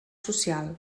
social